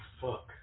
fuck